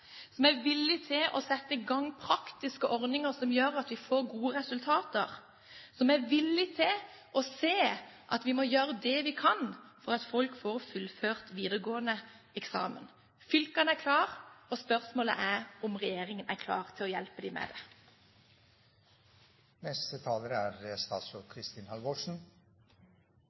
som er villig til å sette i gang praktiske ordninger som gjør at man får gode resultater, som er villig til å se at vi må gjøre det vi kan for at folk får fullført videregående. Fylkene er klare, og spørsmålet er om regjeringen er klar til å hjelpe dem med det.